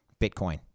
Bitcoin